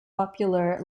popular